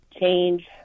change